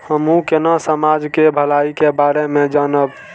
हमू केना समाज के भलाई के बारे में जानब?